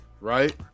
right